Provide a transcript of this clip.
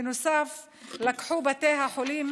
בנוסף לקחו בתי חולים